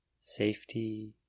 Safety